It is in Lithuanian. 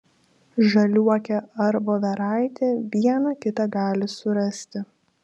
žaliuokę ar voveraitę vieną kitą gali surasti